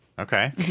Okay